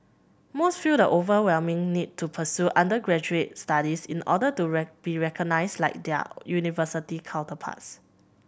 most feel the overwhelming need to pursue undergraduate studies in order to right be recognised like their university counterparts